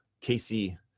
Casey